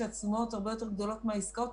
שהתשומות הרבה יותר גדולות מהעסקאות,